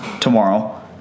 tomorrow